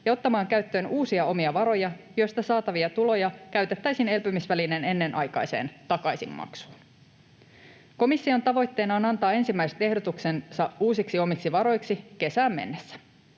ja ottamaan käyttöön uusia omia varoja, joista saatavia tuloja käytettäisiin elpymisvälineen ennenaikaiseen takaisinmaksuun. Komission tavoitteena on antaa ensimmäiset ehdotuksensa uusiksi omiksi varoiksi kesään mennessä.